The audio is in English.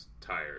tired